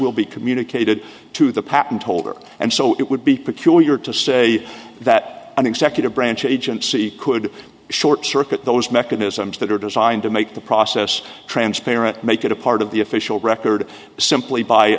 will be communicated to the patent holder and so it would be peculiar to say that an executive branch agency could short circuit those mechanisms that are designed to make the process transparent make it a part of the official record simply by